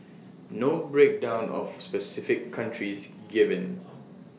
no breakdown of specific countries given